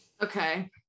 Okay